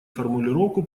формулировку